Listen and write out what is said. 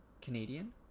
Canadian